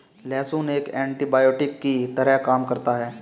लहसुन एक एन्टीबायोटिक की तरह काम करता है